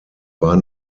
war